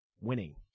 winning